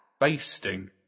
Basting